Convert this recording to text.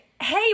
hey